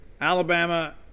Alabama